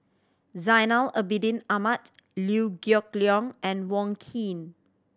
Zainal Abidin Ahmad Liew Geok Leong and Wong Keen